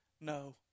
no